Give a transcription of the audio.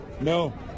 No